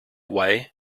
way